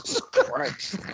Christ